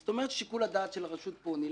זאת אומרת ששיקול הדעת של הרשות נלקח.